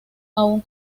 aún